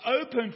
open